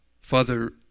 Father